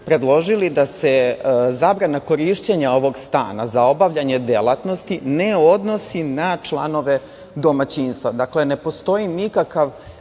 predložili da se zabrana korišćenja ovog stana, za obavljanje delatnosti, ne odnosi na članove domaćinstva, dakle ne postoji nikakav